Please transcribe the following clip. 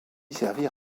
servir